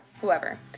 whoever